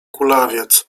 kulawiec